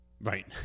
Right